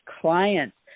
clients